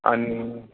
आणि